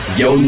yo